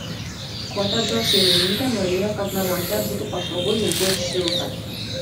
kotedžo šeimininkė norėjo kad namuose būtų patogu jauku ir šilta